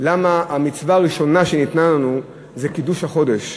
למה המצווה הראשונה שניתנה לנו זה קידוש החודש,